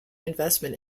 investment